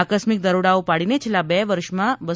આકસ્મિક દરોડાઓ પાડીને છેલ્લાં બે વર્ષમાં રૂા